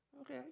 Okay